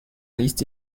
liste